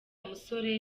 musore